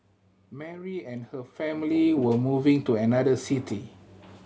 Mary and her family were moving to another city